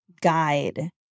guide